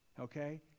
Okay